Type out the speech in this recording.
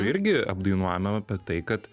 irgi apdainuojama apie tai kad